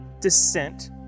descent